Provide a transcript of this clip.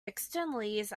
externalities